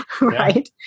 right